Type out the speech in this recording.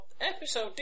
Episode